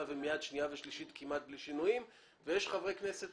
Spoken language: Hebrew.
ומיד לקריאה שנייה ושלישית כמעט בלי שינויים ויש יושבי